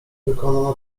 wykonana